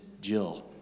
Jill